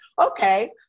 okay